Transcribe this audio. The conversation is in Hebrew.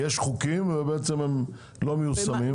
יש חוקים ואינם מיושמים.